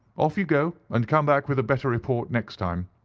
off you go, and come back with a better report next time.